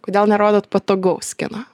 kodėl nerodot patogaus kino